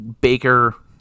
Baker